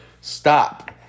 Stop